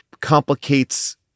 complicates